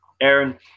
Aaron